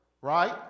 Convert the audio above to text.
right